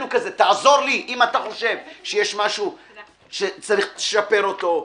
תעזור לי, אם אתה חושב שיש משהו שצריך לשפר אותו.